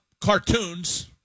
cartoons